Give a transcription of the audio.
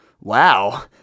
Wow